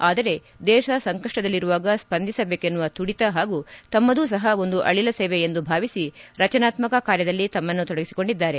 ಆದರೆ ದೇಶ ಸಂಕಷ್ಟದಲ್ಲಿರುವಾಗ ಸ್ಪಂದಿಸಬೇಕೆನ್ನುವ ತುಡಿತ ಪಾಗೂ ತಮ್ಮದೂ ಸಹ ಒಂದು ಅಳಿಲು ಸೇವೆ ಎಂದು ಭಾವಿಸಿ ರಚನಾತ್ಮಕ ಕಾರ್ಯದಲ್ಲಿ ತಮ್ಮನ್ನು ತೊಡಗಿಸಿಕೊಂಡಿದ್ದಾರೆ